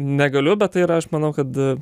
negaliu bet tai yra aš manau kad